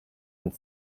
and